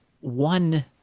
one